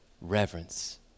reverence